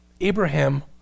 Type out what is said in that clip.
Abraham